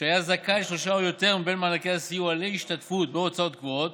שהיה זכאי לשלושה או יותר ממענקי הסיוע להשתתפות בהוצאות קבועות